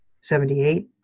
Seventy-eight